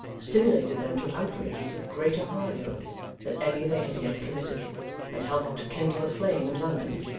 stimulated them to outrages of greater hardihood than any they had yet committed and helped to kindle a flame in london,